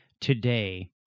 today